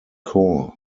core